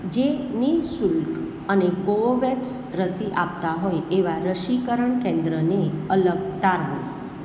જે નિ શુલ્ક અને કોવેક્સ રસી આપતાં હોય એવાં રસીકરણ કેન્દ્રને અલગ તારવો